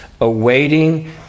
awaiting